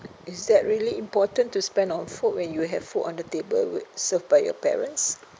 is that really important to spend on food when you have food on the table w~ served by your parents